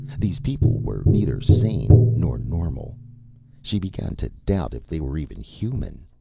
these people were neither sane nor normal she began to doubt if they were even human.